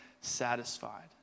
satisfied